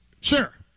Sure